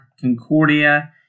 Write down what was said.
Concordia